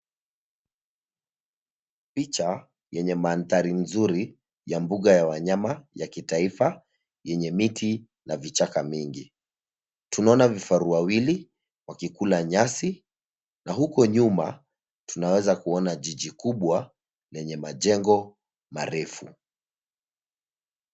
Picha yenye mandhari nzuri ya mbuga ya wanyama ya kitaifa yenye miti na vichaka mingi. Tunaona vifaru wawili wakikula nyasi na huko nyuma tunaweza kuona jiji kubwa lenye majengo marefu.